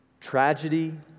tragedy